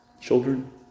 Children